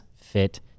fit